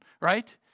right